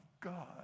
God